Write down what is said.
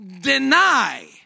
deny